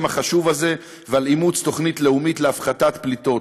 החשוב הזה ועל אימוץ תוכנית לאומית להפחתת פליטות.